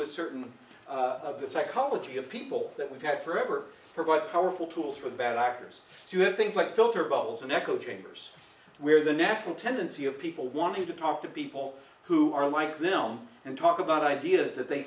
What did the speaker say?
with certainly the psychology of people that we've had forever provide powerful tools for bad actors to have things like filter bubbles and echo chambers where the natural tendency of people wanting to talk to people who are like them and talk about ideas that they